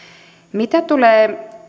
mitä tulee